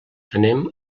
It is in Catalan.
anem